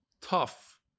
tough